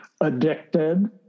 addicted